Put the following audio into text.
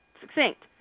succinct